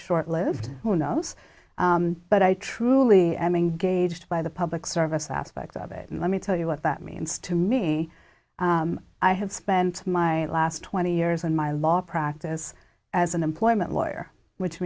short lived who knows but i truly am engaged by the public service aspect of it and let me tell you what that means to me i have spent my last twenty years in my law practice as an employment lawyer which